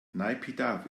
naypyidaw